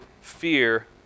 Fear